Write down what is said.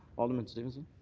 alderman stevenson?